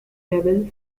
label